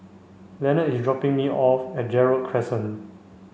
Leonard is dropping me off at Gerald Crescent